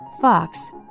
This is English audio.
Fox